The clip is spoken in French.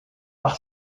par